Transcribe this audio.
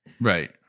Right